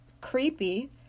creepy